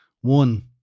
One